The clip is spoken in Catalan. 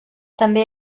també